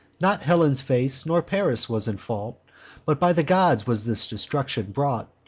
not helen's face, nor paris, was in fault but by the gods was this destruction brought.